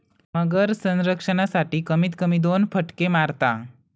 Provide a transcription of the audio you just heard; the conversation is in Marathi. मगर संरक्षणासाठी, कमीत कमी दोन फटके मारता